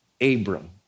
Abram